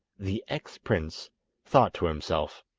the ex-prince thought to himself,